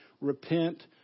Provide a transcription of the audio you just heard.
repent